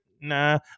nah